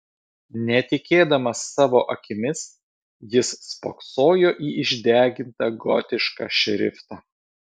netikėdamas savo akimis jis spoksojo į išdegintą gotišką šriftą